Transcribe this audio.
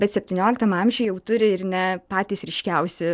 bet septynioliktam amžiuj jau turi ir ne patys ryškiausi